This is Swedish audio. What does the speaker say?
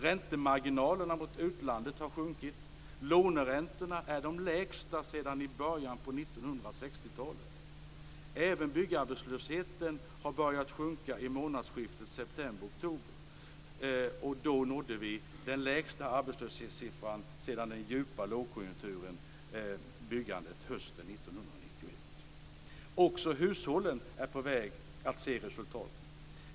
Räntemarginalerna mot utlandet har sjunkit. Låneräntorna är de lägsta sedan början av 1960-talet. Även byggarbetslösheten har börjat sjunka; i månadsskiftet september-oktober nådde vi den lägsta arbetslöshetssiffran sedan den djupa lågkonjunkturen nådde byggandet hösten 1991. Också hushållen är på väg att se resultaten.